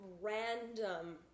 random